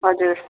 हजुर